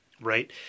right